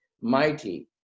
mighty